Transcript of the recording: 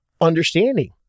understanding